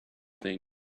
think